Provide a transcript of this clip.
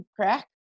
crack